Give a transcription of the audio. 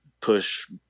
push